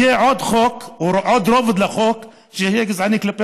יהיה עוד חוק או עוד רובד לחוק שיהיה גזעני כלפי